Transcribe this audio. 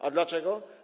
A dlaczego?